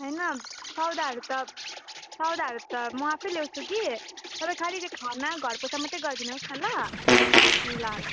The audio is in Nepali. होइन सौदाहरू त सौदाहरू त म आफै ल्याउँछु कि तपाईँ खालि त्यो खाना घर पोछा मात्रै गरिदिनुहोस् न ल ल ल